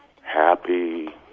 happy